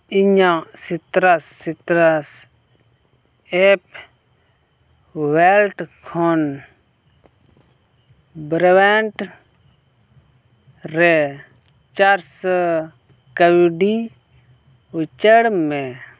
ᱤᱧᱟᱹᱜ ᱥᱤᱛᱨᱟᱥ ᱥᱤᱛᱨᱟᱥ ᱮᱯ ᱞᱮᱴ ᱠᱷᱚᱱ ᱵᱨᱟᱱᱴ ᱨᱮ ᱪᱟᱨᱥᱚ ᱠᱟᱹᱣᱰᱤ ᱩᱪᱟᱹᱲ ᱢᱮ